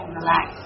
relax